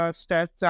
stats